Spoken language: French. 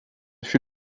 fut